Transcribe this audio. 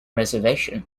reservation